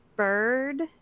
Bird